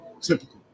Typical